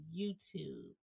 YouTube